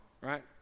right